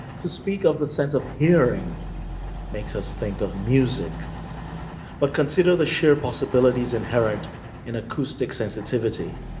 to speak of the sense of hearing makes us think of music but consider the sheer possibilities inherent in acoustic sensitivity,